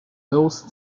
those